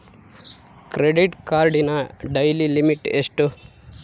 Credit ಕಾರ್ಡಿನ daily limit ಎಷ್ಟು?